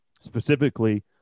specifically